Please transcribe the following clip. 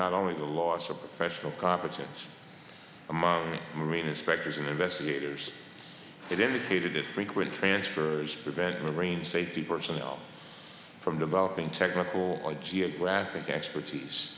not only the loss or professional competence of marine inspectors and investigators it indicated that frequent transfers prevent marine safety personnel from developing technical or geographic expertise